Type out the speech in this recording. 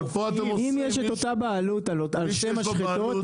אם יש אותה בעלות על שני משחטות,